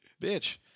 bitch